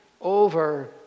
over